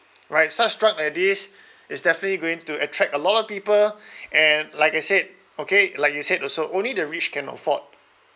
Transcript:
right such drug like this is definitely going to attract a lot of people and like I said okay like you said also only the rich can afford